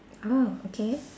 oh okay